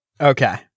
Okay